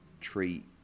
treat